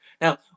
Now